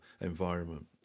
environment